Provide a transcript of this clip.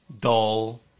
dull